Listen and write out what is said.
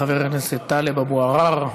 חבר הכנסת טלב אבו עראר,